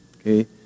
Okay